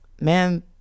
man